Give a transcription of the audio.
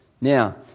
Now